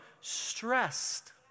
stressed